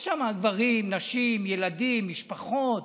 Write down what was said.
יש שם גברים, נשים, ילדים, משפחות.